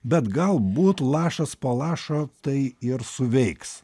bet galbūt lašas po lašo tai ir suveiks